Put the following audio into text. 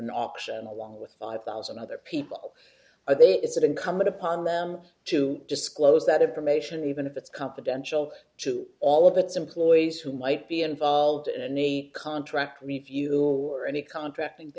an auction along with five thousand other people i think it's incumbent upon them to disclose that information even if it's confidential to all of its employees who might be involved in any contract review or any contracting